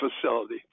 facility